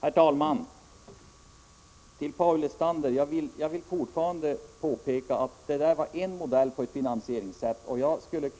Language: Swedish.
Herr talman! Jag vill än en gång påpeka att mitt förslag var en modell för finansieringen. Men jag skall